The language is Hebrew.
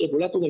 יש רגולטורים,